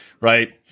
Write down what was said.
right